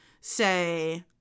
say